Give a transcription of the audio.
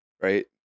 Right